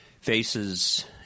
Faces